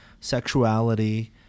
sexuality